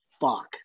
fuck